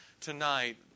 tonight